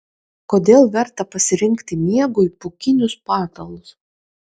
kodėl verta pasirinkti miegui pūkinius patalus